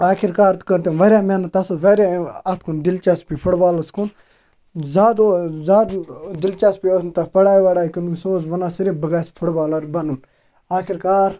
آخر کار تہِ کٔر تٔمۍ واریاہ محنت تَتھ اوس واریاہ اَتھ کُن دِلچَسپی فُٹ بالَس کُن زیادٕ او زیادٕ دِلچَسپی اوس نہٕ تَتھ پَڑاے وَڑاے کُنہِ سُہ اوس وَنان صرف بہٕ گژھِ فُٹ بالَر بَنُن آخر کار